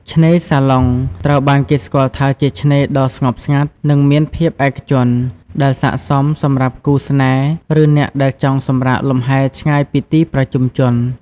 ឆ្នេរសាឡុង ត្រូវបានគេស្គាល់ថាជាឆ្នេរដ៏ស្ងប់ស្ងាត់ និងមានភាពឯកជន ដែលស័ក្តិសមសម្រាប់គូស្នេហ៍ ឬអ្នកដែលចង់សម្រាកលំហែឆ្ងាយពីទីប្រជុំជន។